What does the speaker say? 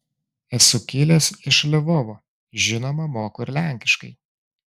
esu kilęs iš lvovo žinoma moku ir lenkiškai